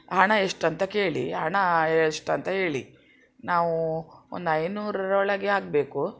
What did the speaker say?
ಹಣ ಎಷ್ಟಂತ ಕೇಳಿ ಹಣ ಎಷ್ಟಂತ ಹೇಳಿ ನಾವು ಒಂದು ಐನೂರರ ಒಳಗೆ ಆಗಬೇಕು